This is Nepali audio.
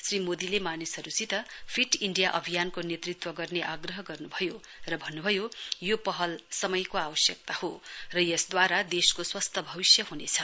श्री मोदीले मानिसहुसित फिट इण्डिया अभियानको नेतृत्व गर्ने आग्रह गर्नुभयो र भन्नुभयो यो पहल समयको आवश्यकता हो र यसद्वारा देशको स्वस्थ भविष्य हुनेछ